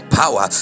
power